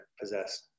possessed